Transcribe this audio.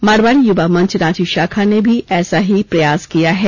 मारवाड़ी युवा मंच रांची शाखा ने भी ऐसा ही प्रयास किया है